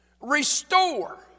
restore